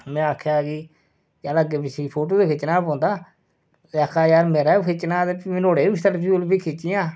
में आखेआ कि चल अग्गै पिच्छेैफोटू खिच्चना पौंदा ते आक्खा दा यार मेरा बी खिच्चना हा ते फ्ही नुआढ़ी बी सेल्फी सुल्फी खिच्चियां